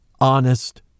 honest